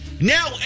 Now